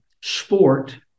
sport